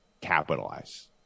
capitalize